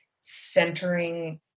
centering